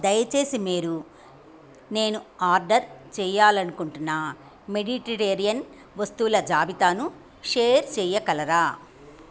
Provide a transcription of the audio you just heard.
దయచేసి మీరు నేను ఆర్డర్ చేయాలి అనుకుంటున్న మెడిటెరేనియన్ వస్తువుల జాబితాను షేర్ చేయగలరా